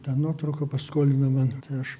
tą nuotrauką paskolino man tai aš